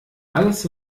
alles